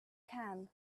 can